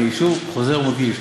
אני שוב חוזר ומדגיש,